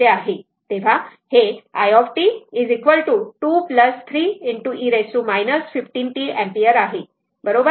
तर हे i t 2 3 e 15t ampere आहे बरोबर